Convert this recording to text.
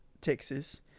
Texas